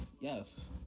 yes